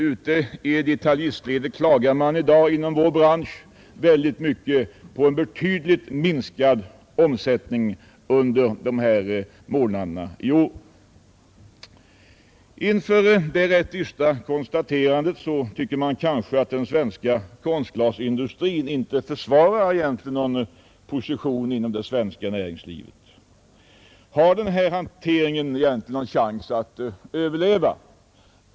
Ute i detaljistledet klagar man i dag inom vår bransch över en betydligt minskad omsättning under de här månaderna i år. Inför dessa rätt dystra konstateranden tycker kanske någon att den svenska konstglasindustrin inte försvarar sin position inom det svenska näringslivet. Har denna hantering egentligen någon chans att överleva?